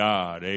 God